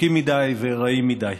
ארוכים מדי ורעים מדי.